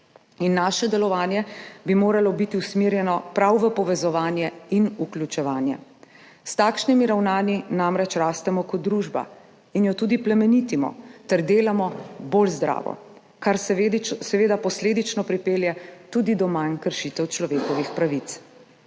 Naše delovanje bi moralo biti usmerjeno prav v povezovanje in vključevanje. S takšnimi ravnanji namreč rastemo kot družba in jo tudi plemenitimo ter delamo bolj zdravo, kar seveda posledično pripelje tudi do manj kršitev človekovih pravic.